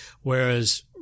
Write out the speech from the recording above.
whereas